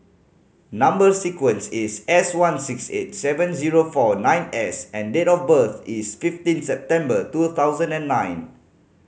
number sequence is S one six eight seven zero four nine S and date of birth is fifteen September two thousand and nine